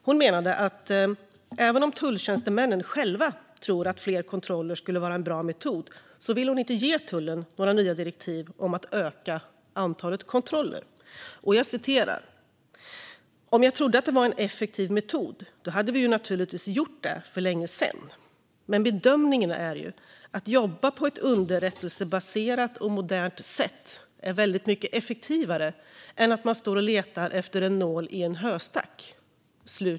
Hon menade att även om tulltjänstemännen själva tror att fler kontroller skulle vara en bra metod vill hon inte ge tullen några nya direktiv om att öka antalet kontroller. "Om jag trodde att det var en effektiv metod, då hade vi ju naturligtvis gjort det för länge sen. Men bedömningen är ju att jobba på ett underrättelsebaserat och modernt sätt är väldigt mycket effektivare än att man står och letar efter en nål i en höstack."